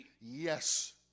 Yes